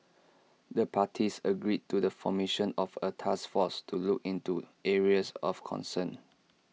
the parties agreed to the formation of A task force to look into areas of concern